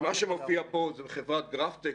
שמה שמופיע פה זה מחברת "גרפטק",